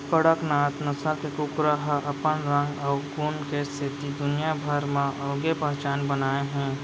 कड़कनाथ नसल के कुकरा ह अपन रंग अउ गुन के सेती दुनिया भर म अलगे पहचान बनाए हे